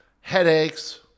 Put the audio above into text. Headaches